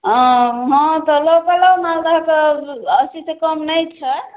अँ हँ तऽ लोकलो मालदहके अस्सीसँ कम नहि छै